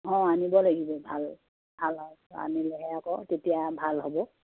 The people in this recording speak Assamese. অঁ আনিব লাগিব ভাল ভাল আনিলেহে আকৌ তেতিয়া ভাল হ'ব